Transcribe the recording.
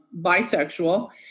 bisexual